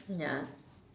ya